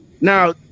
Now